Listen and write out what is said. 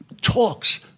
talks